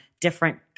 different